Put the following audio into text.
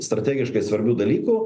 strategiškai svarbių dalykų